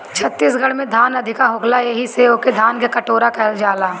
छत्तीसगढ़ में धान अधिका होखेला एही से ओके धान के कटोरा कहल जाला